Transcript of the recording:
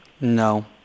No